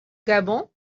gabon